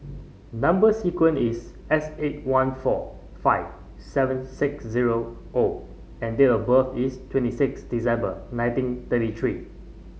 number sequence is S eight one four five seven six zero O and date of birth is twenty six December nineteen thirty three